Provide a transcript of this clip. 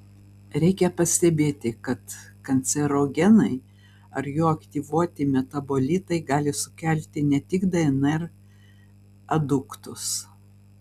reikia pastebėti kad kancerogenai ar jų aktyvuoti metabolitai gali sukelti ne tik dnr aduktus